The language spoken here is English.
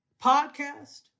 podcast